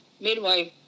midwife